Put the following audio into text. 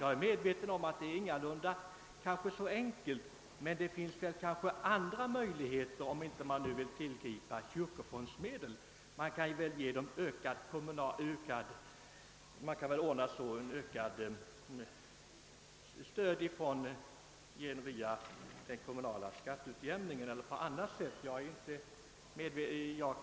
Jag är medveten om att frågan inte är så enkel, men om man inte vill tillgripa kyrkofondsmedel kanske det finns andra möjligheter att hjälpa församlingarna. Man skulle kanske kunna ge ökat stöd via den kommunala skatteutjämningen eller på något annat sätt. Jag